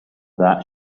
that